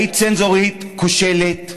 היית צנזורית כושלת,